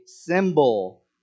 symbol